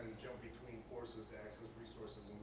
between courses that access resources